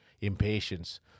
impatience